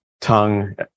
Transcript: tongue